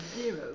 Zero